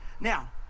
Now